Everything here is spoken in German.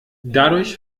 dadurch